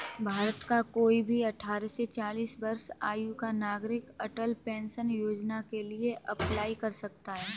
भारत का कोई भी अठारह से चालीस वर्ष आयु का नागरिक अटल पेंशन योजना के लिए अप्लाई कर सकता है